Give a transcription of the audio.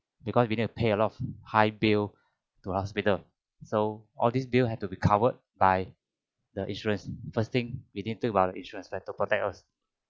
because we need to pay a lot of high bill to hospital so all this bill had to be covered by the insurance first thing we need to think about the insurance to protect us